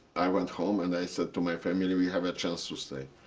i went home, and i said to my family, we have a chance to stay.